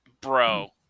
bro